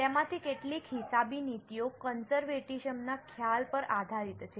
તેમાંથી કેટલીક હિસાબી નીતિઓ કંસર્વેટિસમ ના ખ્યાલ પર આધારિત છે